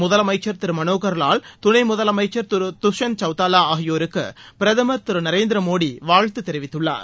முதலமைச்சர் திரு மனோகர் லால் துணை முதலமைச்சர் திரு துஷ்யந்த் சவுதாலா ஆகியோருக்கு பிரதமர் திரு நரேந்திரமோடி வாழ்த்து தெரிவித்துள்ளார்